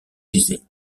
disait